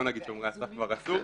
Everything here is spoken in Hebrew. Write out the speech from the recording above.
לא נגיד שומרי הסף כי כבר אסור.